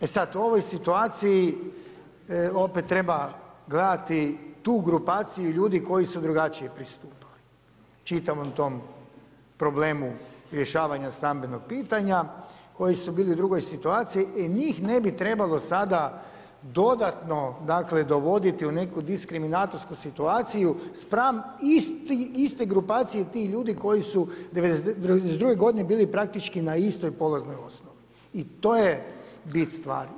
E sada u ovoj situaciji opet treba gledati tu grupaciju ljudi koji su drugačije pristupali čitavom tom problemu rješavanja stambenog pitanja koji su bili u drugoj situaciji i njih ne bi trebalo sada dodatno dovoditi u neku diskriminatorsku situaciju spram iste grupacije tih ljudi koji su '92. godine bili praktički na istoj polaznoj osnovi i to je bit stvari.